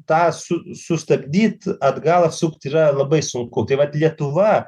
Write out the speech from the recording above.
tą su sustabdyt atgal atsukt yra labai sunku tai vat lietuva